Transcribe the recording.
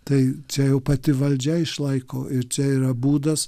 tai čia jau pati valdžia išlaiko ir čia yra būdas